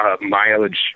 mileage